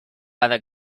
other